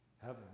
heaven